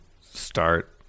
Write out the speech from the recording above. start